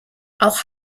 auch